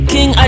King